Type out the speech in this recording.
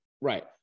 Right